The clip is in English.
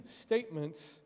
statements